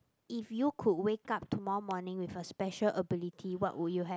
if you could wake up tomorrow morning with a special ability what would you have